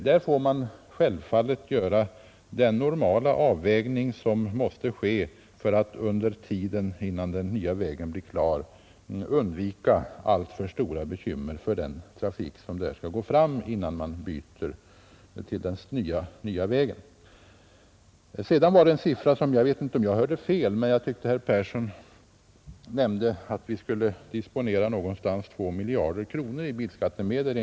Här måste man göra den normala avvägning som behövs för att inte skapa alltför stora bekymmer för den trafik som måste gå fram på den gamla vägen innan den nya är klar. Jag vet inte om jag hörde fel, men jag tyckte att herr Persson nämnde att vi skulle disponera ca 2 miljarder i bilskattemedel.